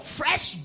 fresh